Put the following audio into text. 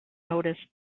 noticed